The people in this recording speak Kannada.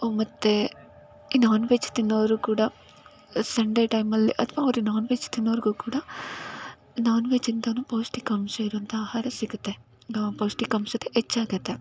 ಮತ್ತು ಈ ನಾನ್ ವೆಜ್ ತಿನ್ನೋರು ಕೂಡ ಸಂಡೇ ಟೈಮಲ್ಲಿ ಅಥ್ವಾ ಅವ್ರಿಗೆ ನಾನ್ ವೆಜ್ ತಿನ್ನೋರಿಗೂ ಕೂಡ ನಾನ್ ವೆಜ್ಜಿಂದಲೂ ಪೌಷ್ಠಿಕಾಂಶ ಇರುವಂಥ ಆಹಾರ ಸಿಗುತ್ತೆ ಪೌಷ್ಠಿಕಾಂಶತೆ ಹೆಚ್ಚಾಗುತ್ತೆ